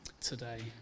today